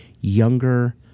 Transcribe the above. Younger